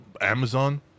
Amazon